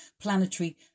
planetary